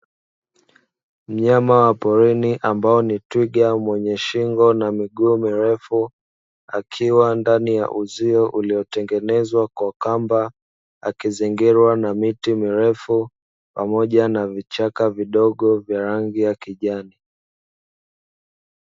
Mnyama wa porini ambae ni twiga mwenye shingo na miguu mirefu akiwa ndani ya uzio uliotengenezwa kwa kamba, akizingirwa na miti mirefu pamoja na vichaka vidogo vya rangi ya kijani.